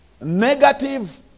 Negative